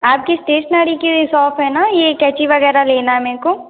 आपकी स्टेशनरी की भी शॉप है ना यह कैंची वगैरह लेना है मेरे को